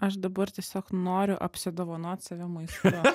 aš dabar tiesiog noriu apsidovanot save maistu